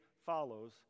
follows